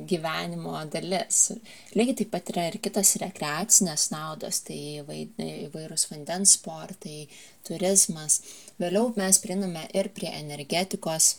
gyvenimo dalis lygiai taip pat yra ir kitos rekreacinės naudos tai įvairūs vandens sportai turizmas vėliau mes prieiname ir prie energetikos